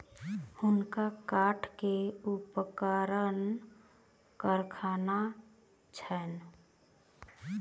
हुनकर काठ के उपकरणक कारखाना छैन